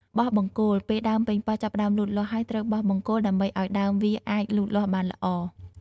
បោះបង្គោល ពេលដើមប៉េងប៉ោះចាប់ផ្តើមលូតលាស់ហើយ ត្រូវបោះបង្គោលដើម្បីឲ្យដើមវាអាចលូតលាស់បានល្អ។